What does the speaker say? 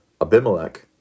Abimelech